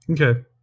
Okay